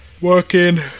working